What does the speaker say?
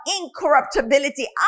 incorruptibility